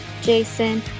Jason